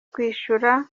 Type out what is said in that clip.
kwishura